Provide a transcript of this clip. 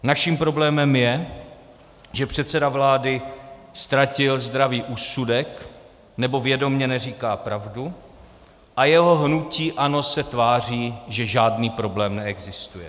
Naším problémem je, že předseda vlády ztratil zdravý úsudek, nebo vědomě neříká pravdu a jeho hnutí ANO se tváří, že žádný problém neexistuje.